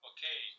Okay